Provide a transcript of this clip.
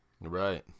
Right